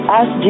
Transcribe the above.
ask